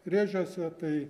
rėžiuose tai